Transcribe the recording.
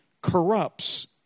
corrupts